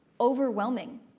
overwhelming